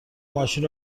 ماشین